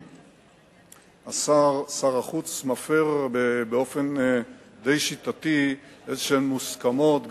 שר החוץ מפר באופן די שיטתי מוסכמות,